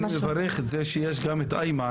אני מברך את זה שיש גם את איימן.